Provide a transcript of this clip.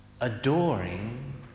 adoring